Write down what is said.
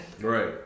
Right